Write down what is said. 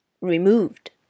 Removed